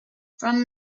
from